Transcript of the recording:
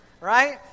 right